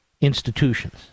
institutions